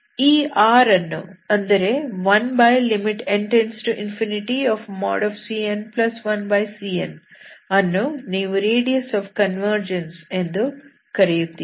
ಈ R ಅನ್ನು ಅಂದರೆ 1n→∞cn1cn ಅನ್ನು ನೀವು ರೇಡಿಯಸ್ ಆಫ್ ಕನ್ವರ್ಜನ್ಸ್ ಎಂದು ಕರೆಯುತ್ತೀರಿ